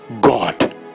God